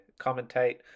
commentate